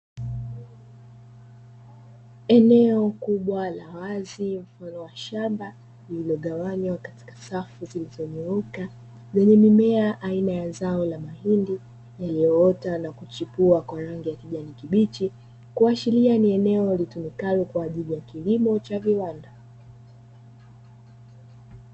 Eneo kubwa la wazi mfano wa shamba lililogawanywa katika safu zilizonyooka, zenye mimea aina ya zao la mahindi yaliyoota na kuchipua kwa rangi ya kijani kibichi, kuashiria ni eneo litumikalo kwa ajili ya kilimo cha viwanda.